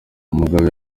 umugabo